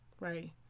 right